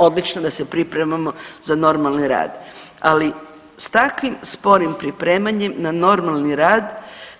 Odlično da se pripremamo za normalni rad, ali s takvim sporim pripremanjem na normalni rad